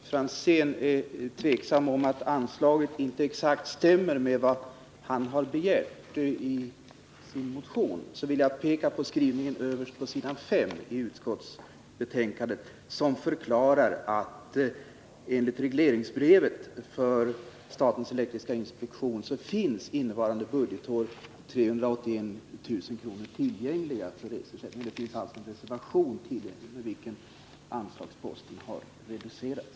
Fru talman! Med anledning av Tommy Franzéns påpekande att det belopp vi tagit upp i reservationen inte exakt stämmer med vad motionärerna har begärt vill jag hänvisa till vad utskottet har skrivit överst på s.5 i betänkandet. Där förklaras nämligen att enligt regleringsbrevet för statens elektriska inspektion finns innevarande budgetår 381 000 kr. tillgängliga för reseersättningar. Det finns alltså en reservation med vilken anslagsposten har reducerats.